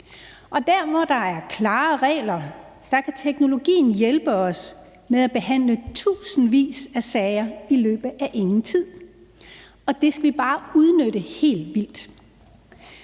og der, hvor der er klare regler, kan teknologien hjælpe os med at behandle tusindvis af sager i løbet af ingen tid, og det skal vi bare udnytte helt vildt.